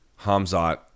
Hamzat